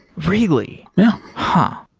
really? yeah. but